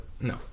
no